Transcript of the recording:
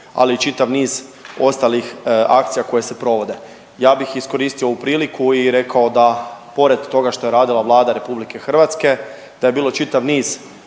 ali i čitav niz ostalih akcija koje se provode. Ja bih iskoristio ovu priliku i rekao da pored toga što je radila Vlada RH, da je bio čitav niz